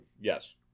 Yes